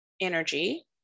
energy